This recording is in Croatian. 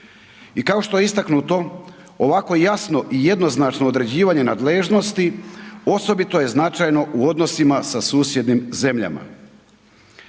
I kao što je istaknuto ovakvo jasno i jednoznačno određivanje nadležnosti osobito je značajno u odnosnima sa susjednim zemljama.